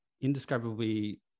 indescribably